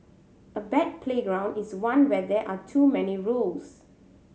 a bad playground is one where there are too many rules